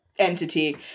entity